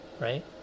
right